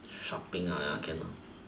shopping I can lor